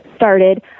started